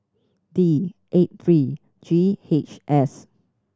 D eight three G H S